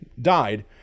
died